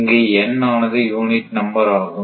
இங்கு N ஆனது unit number ஆகும்